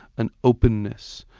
an openness,